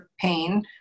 pain